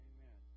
Amen